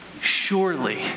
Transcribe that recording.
surely